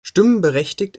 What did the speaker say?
stimmberechtigt